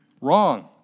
wrong